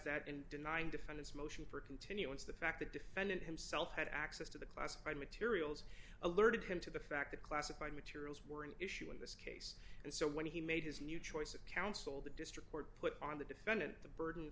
that in denying defendants member continuance the fact the defendant himself had access to the classified materials alerted him to the fact that classified materials were an issue in this case and so when he made his new choice of counsel the district court put on the defendant the burden